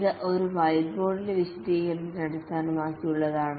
ഇത് ഒരു വൈറ്റ്ബോർഡിലെ വിശദീകരണത്തെ അടിസ്ഥാനമാക്കിയുള്ളതാണ്